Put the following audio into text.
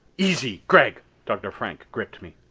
easy, gregg! dr. frank gripped me.